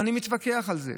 ואני מתווכח על זה.